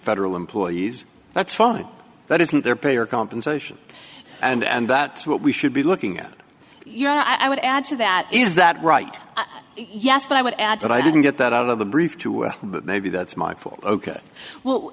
federal employees that's fine but isn't there payer compensation and that what we should be looking at your i would add to that is that right yes but i would add that i didn't get that out of the brief two but maybe that's my